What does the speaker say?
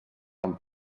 amb